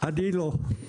אני לא,